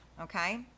okay